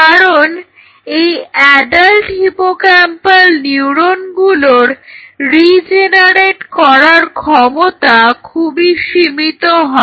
কারণ এই adult hippocampal নিউরনগুলোর রিজেনারেট করার ক্ষমতা খুবই সীমিত হয়